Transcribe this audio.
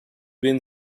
been